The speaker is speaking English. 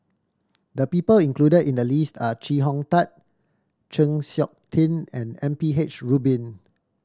the people included in the list are Chee Hong Tat Chng Seok Tin and M P H Rubin